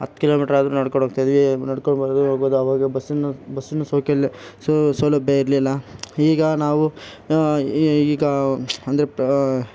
ಹತ್ ಕಿಲೋಮೀಟರಾದರೂ ನಡ್ಕೊಂಡು ಹೋಗ್ತಿದ್ವಿ ನಡ್ಕೊಂಡು ಬರೋದು ಹೋಗೋದು ಅವಾಗ ಬಸ್ಸನ್ನ ಬಸ್ಸಿನಾ ಸೌಕಲ್ಯ ಸೊ ಸೌಲಭ್ಯ ಇರಲಿಲ್ಲಾ ಈಗ ನಾವು ಈಗ ಅಂದರೆ